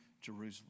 Jerusalem